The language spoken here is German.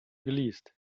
geleast